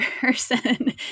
person